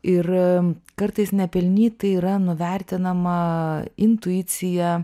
ir kartais nepelnytai yra nuvertinama intuicija